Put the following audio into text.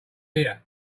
ear